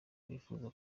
bifuza